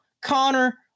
Connor